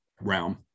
realm